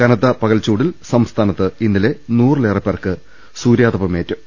കനത്ത പകൽച്ചൂടിൽ സംസ്ഥാനത്ത് ഇന്നലെ നൂറിലേറെപ്പേർക്ക് സൂര്യാതപമേറ്റു